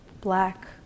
black